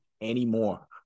anymore